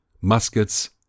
muskets